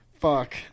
Fuck